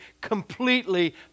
completely